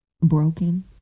broken